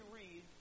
read